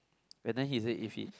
and then he said if he